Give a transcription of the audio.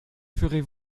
ferez